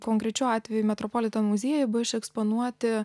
konkrečiu atveju metropolitan muziejuj buvo išeksponuoti